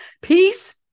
Peace